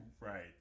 Right